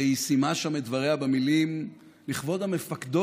והיא סיימה שם את דבריה במילים: לכבוד המפקדות